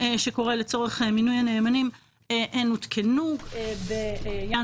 שקורה לצורך מינוי הנאמנים הותקנו בינואר